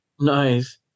Nice